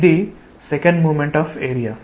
ఇది second moment of area